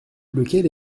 lequel